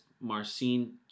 Marcin